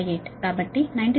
58 కాబట్టి 93